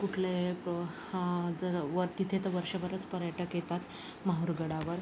कुठले एक हं जर वर तिथे तर वर्षभरच पर्यटक येतात माहूरगडावर